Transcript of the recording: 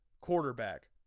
quarterback